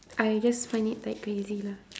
I just find it like crazy lah